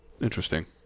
Interesting